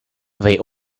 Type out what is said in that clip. they